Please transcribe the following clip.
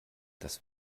das